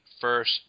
first